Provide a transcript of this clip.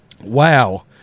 Wow